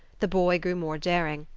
the boy grew more daring,